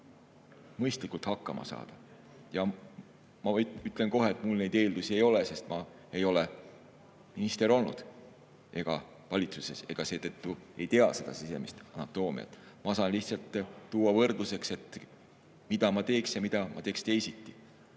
mõistlikult hakkama saada. Ja ma ütlen kohe, et mul neid eeldusi ei ole, sest ma ei ole olnud minister ega valitsuses, seetõttu ei tea ma seda sisemist anatoomiat. Ma saan lihtsalt tuua võrdluseks, mida ma teeks ja mida ma teeks teisiti.